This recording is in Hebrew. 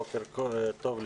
בוקר טוב לכולכם.